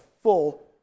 full